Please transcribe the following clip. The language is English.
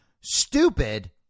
stupid